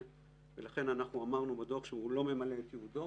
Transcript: ולכן אמרנו בדוח שהוא לא ממלא את ייעודו,